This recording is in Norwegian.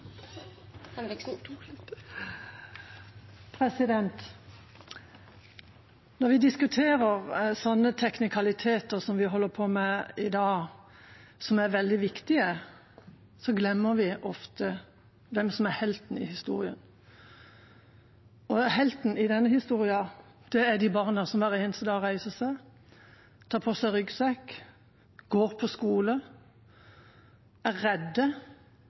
Når vi diskuterer sånne teknikaliteter som vi holder på med i dag, som er veldig viktige, glemmer vi ofte hvem som er heltene i historien. Heltene i denne historien er de barna som hver eneste dag reiser seg, tar på seg ryggsekk, går på skolen, er